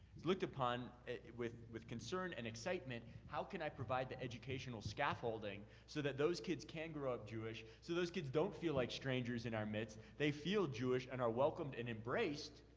it's looked upon with with concern and excitement, how can i provide the educational scaffolding so that those kids can grow up jewish, so those kids don't feel like strangers in our midst? they feel jewish and are welcomed and embraced.